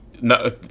no